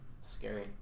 scary